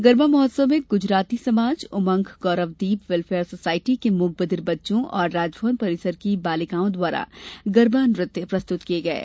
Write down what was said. गरबा महोत्सव में गुजराती समाज उमंग गौरवदीप वेलफेयर सोसायटी के मूक बधिर बच्चों और राजभवन परिवार की बालिकाओं द्वारा गरबा नृत्य प्रस्तुत किये गये